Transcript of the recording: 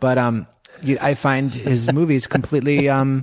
but um yeah i find his movies completely um